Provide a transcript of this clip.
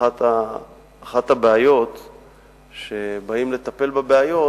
אחת הבעיות כשבאים לטפל בבעיות,